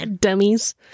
Dummies